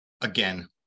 again